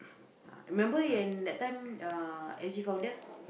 ah you remember that time S_G founder